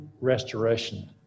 restoration